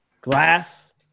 glass